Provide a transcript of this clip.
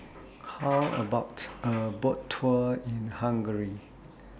How about A Boat Tour in Hungary